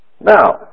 Now